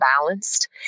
balanced